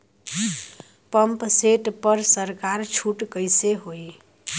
Pump set पर सरकार छूट कईसे होई?